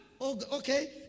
okay